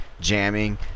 jamming